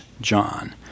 John